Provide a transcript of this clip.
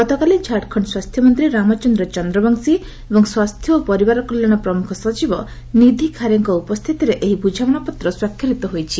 ଗତକାଲି ଝାଡଖଣ୍ଡ ସ୍ୱାସ୍ଥ୍ୟମନ୍ତ୍ରୀ ରାମଚନ୍ଦ୍ର ଚନ୍ଦ୍ରବଂଶୀ ଏବଂ ସ୍ୱାସ୍ଥ୍ୟ ଓ ପରିବାର କଲ୍ୟାଣ ପ୍ରମୁଖ ସଚିବ ନିଧି ଖାରେଙ୍କ ଉପସ୍ଥିତିରେ ଏହି ବୁଝାମଣାପତ୍ର ସ୍ୱାକ୍ଷରିତ ହୋଇଛି